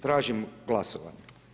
Tražim glasovanje.